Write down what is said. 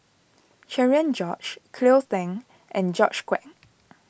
Cherian George Cleo Thang and George Quek